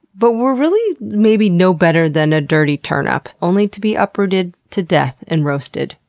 but we're really, maybe, no better than a dirty turnip, only to be uprooted to death and roasted,